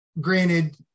Granted